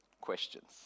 questions